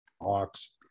Hawks